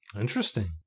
Interesting